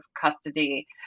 custody